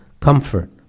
comfort